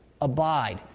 Abide